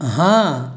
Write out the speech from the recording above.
हाँ